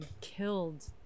killed